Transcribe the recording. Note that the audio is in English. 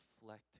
reflect